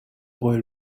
boy